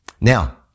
Now